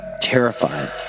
terrified